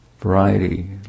variety